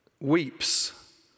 weeps